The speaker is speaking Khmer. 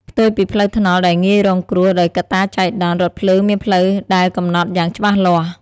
ផ្ទុយពីផ្លូវថ្នល់ដែលងាយរងគ្រោះដោយកត្តាចៃដន្យ រថភ្លើងមានផ្លូវដែលកំណត់យ៉ាងច្បាស់លាស់។